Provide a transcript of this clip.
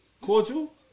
Cordial